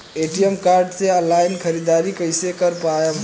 ATM card से online ख़रीदारी कइसे कर पाएम?